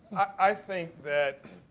i think that